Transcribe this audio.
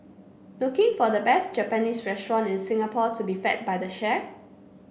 looking for the best Japanese restaurant in Singapore to be fed by the chef